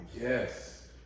Yes